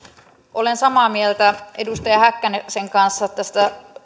olen samaa mieltä edustaja häkkäsen kanssa tästä